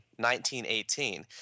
1918